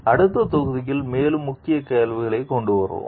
அடுத்த தொகுதியில் மேலும் முக்கிய கேள்விகளைக் கொண்டு வருவோம்